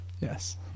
Yes